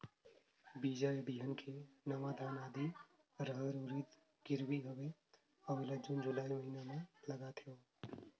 बीजा या बिहान के नवा धान, आदी, रहर, उरीद गिरवी हवे अउ एला जून जुलाई महीना म लगाथेव?